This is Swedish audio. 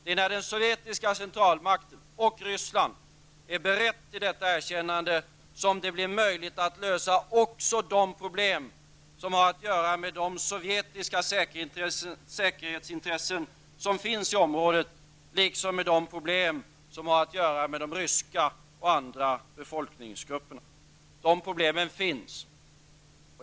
Det är när den sovjetiska centralmakten och Ryssland är beredda till detta erkännande som det blir möjligt att lösa också de problem som har att göra med de sovjetiska säkerhetsintressena i området liksom de problem som har att göra med de ryska och andra befolkningsgrupperna. Dessa problem finns.